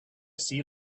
sea